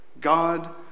God